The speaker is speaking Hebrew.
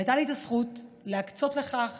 הייתה לי הזכות להקצות לכך